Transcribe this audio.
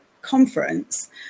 conference